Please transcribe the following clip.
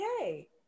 Okay